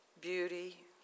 beauty